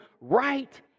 right